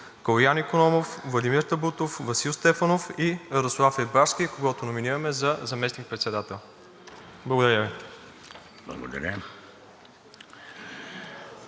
Калоян Икономов, Владимир Табутов, Васил Стефанов и Радослав Рибарски, когото номинираме за заместник-председател. Благодаря Ви.